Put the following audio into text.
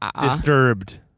Disturbed